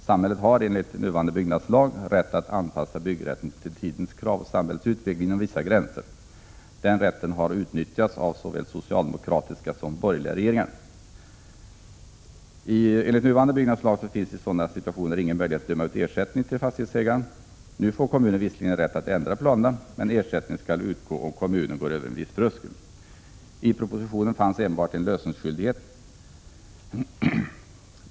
Samhället har enligt nuvarande byggnadslag rätt att anpassa byggrätten till tidens krav och samhällets utveckling inom vissa gränser. Den rätten har utnyttjats av såväl socialdemokratiska som borgerliga regeringar. Enligt nuvarande byggnadslag finns i sådana situationer ingen möjlighet att döma ut ersättning till fastighetsägaren. Nu får kommunen visserligen rätt att ändra planerna men ersättning skall utgå om kommunen går över en viss tröskel. I propositionen fanns enbart en lösenskyldighet.